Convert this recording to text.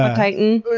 ah titan?